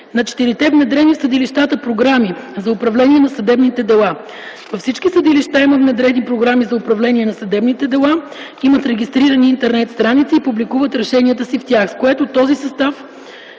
на четирите внедрени в съдилищата програми за управление на съдебните дела. Във всички съдилища има внедрени програми за управление на съдебните дела, имат регистрирани интернет-страници и публикуват решенията си в тях, с което този състав